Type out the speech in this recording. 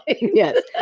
Yes